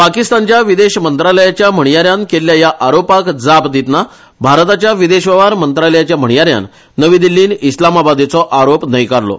पकिस्तानच्या विदेश मंत्रालयाच्या म्हणयाऱ्यान केल्ल्या ह्या आरोपांक जाप दितना भारताच्या विदेश वेव्हार मंत्रालयाचे म्हणयाऱ्यान नवी दिल्लींत इस्लामाबादेचो आरोप न्हयकारलो